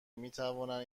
میتوانند